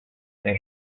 they